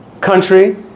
country